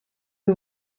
who